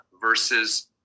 versus